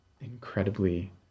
incredibly